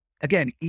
again